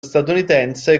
statunitense